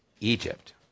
Egypt